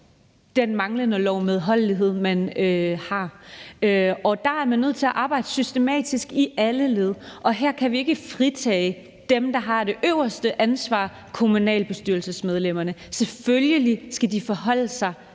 den manglende lovmedholdelighed, man har. Og der er man nødt til at arbejde systematisk i alle led, og her kan vi ikke fritage dem, der har det øverste ansvar, nemlig kommunalbestyrelsesmedlemmerne. Selvfølgelig skal de forholde sig